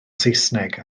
saesneg